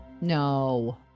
No